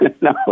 No